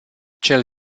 cel